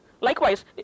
Likewise